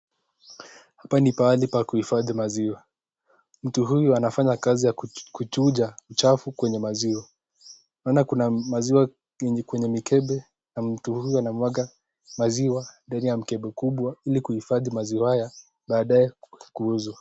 Hapa ni pahali pa kuhifadhi maziwa. Mtu huyu anafanya kazi ya kuchuja uchafu kwenye maziwa. Maana kuna maziwa kwenye mikebe na mtu huyu anamwaga maziwa ndani ya mkebe kubwa ili kuhifadhi maziwa haya baadaye kuuzwa.